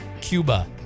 Cuba